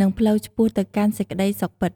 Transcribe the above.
និងផ្លូវឆ្ពោះទៅកាន់សេចក្តីសុខពិត។